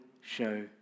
show